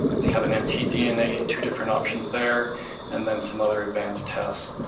they have and mtdna, two different options there and then some other advanced tests.